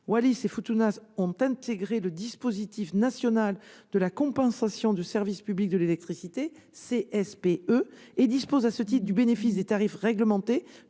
Wallis-et-Futuna a intégré le dispositif national de la contribution au service public de l'électricité (CSPE) et dispose à ce titre du bénéfice des tarifs réglementés